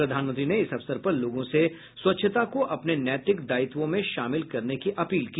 प्रधानमंत्री ने इस अवसर पर लोगों से स्वच्छता को अपने नैतिक दायित्वों में शामिल करने की अपील की